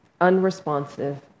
unresponsive